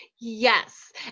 Yes